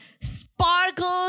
sparkle